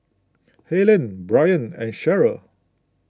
Helyn Byron and Cherryl